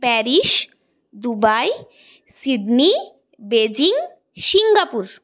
Paris Dubai disney Beijing Singapore